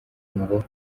ngo